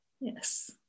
yes